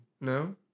No